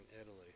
Italy